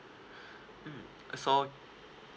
so